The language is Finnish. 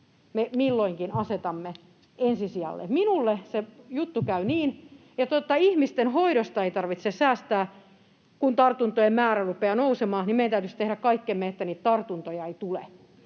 milloinkin asetamme ensi sijalle. Minulle se juttu käy niin, että jotta ihmisten hoidosta ei tarvitse säästää, kun tartuntojen määrä rupeaa nousemaan, niin meidän täytyisi tehdä kaikkemme, että niitä tartuntoja ei tule.